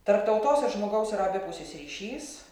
tarp tautos ir žmogaus yra abipusis ryšys